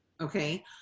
Okay